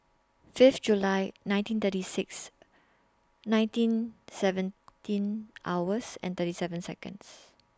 five July nineteen thirty six nineteen seventeen hours and thirty seven Seconds